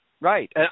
Right